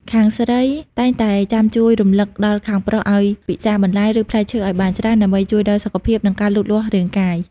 ខាងស្រីតែងតែចាំជួយរំលឹកដល់ខាងប្រុសឱ្យពិសារបន្លែ ឬផ្លែឈើឱ្យបានច្រើន ដើម្បីជួយដល់សុខភាព និងការលូតលាស់រាងកាយ។